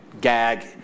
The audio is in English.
gag